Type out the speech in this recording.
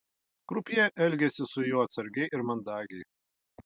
krupjė elgėsi su juo atsargiai ir mandagiai